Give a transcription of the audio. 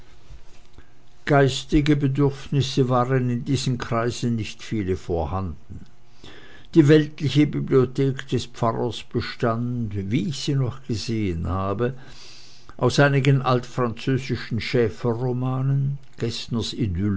geistige bedürfnisse waren in diesen kreisen nicht viele vorhanden die weltliche bibliothek des pfarrers bestand wie ich sie noch gesehen habe aus einigen altfranzösischen